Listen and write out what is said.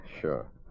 Sure